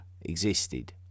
existed